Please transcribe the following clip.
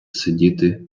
сидіти